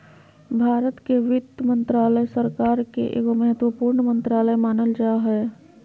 भारत के वित्त मन्त्रालय, सरकार के एगो महत्वपूर्ण मन्त्रालय मानल जा हय